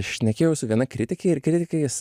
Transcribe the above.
šnekėjau su viena kritike ir kritikais